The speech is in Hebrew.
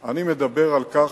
אני מדבר על כך,